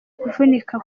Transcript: kuvunika